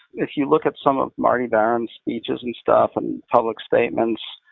if you look at some of marty baron's speeches and stuff, and public statements,